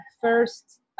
first